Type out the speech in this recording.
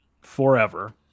forever